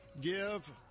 Give